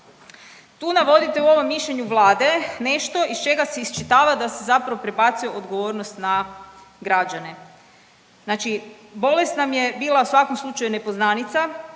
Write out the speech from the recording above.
tu navodite u ovom mišljenju Vlade nešto iz čega se iščitava da se zapravo prebacuje odgovornost na građane. Znači bolest nam je bila u svakom slučaju nepoznanica,